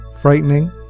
frightening